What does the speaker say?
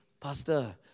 Pastor